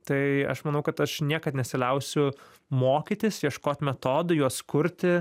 tai aš manau kad aš niekad nesiliausiu mokytis ieškot metodų juos kurti